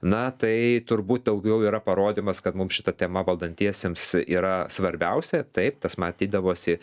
na tai turbūt daugiau yra parodymas kad mums šita tema valdantiesiems yra svarbiausia taip tas matydavosi